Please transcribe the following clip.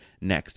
next